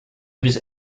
was